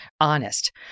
honest